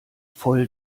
voll